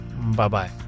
Bye-bye